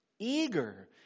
Eager